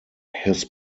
his